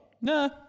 No